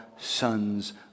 sons